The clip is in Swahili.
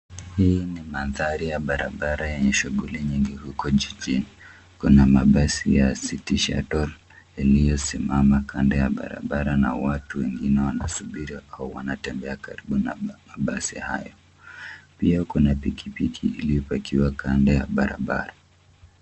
Hii ni mandhari ya barabara yenye shughuli nyingi huku jijini. Kuna mabasi ya City Shuttle iliyosimama kando ya barabara na watu wengine wasubiri au wanatembea karibu na mabasi hayo. Pia kuna pikipiki iliyopakiwa kando ya barabara.